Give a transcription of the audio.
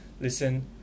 listen